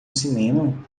cinema